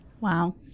wow